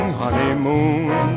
honeymoon